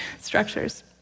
Structures